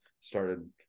started